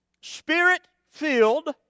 spirit-filled